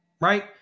right